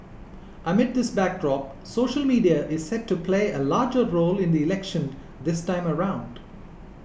amid this backdrop social media is set to play a larger role in the election this time around